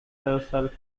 herself